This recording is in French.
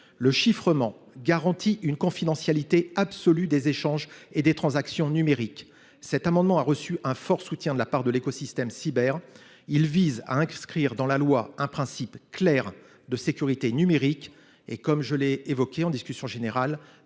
Le chiffrement garantit une confidentialité absolue des échanges et des transactions numériques. Cet amendement a reçu un fort soutien de la part de l’écosystème cyber. Il vise à inscrire dans la loi un principe clair de sécurité numérique. Madame la ministre, comme je l’ai évoqué lors de la discussion générale,